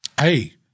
Hey